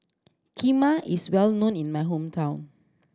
kheema is well known in my hometown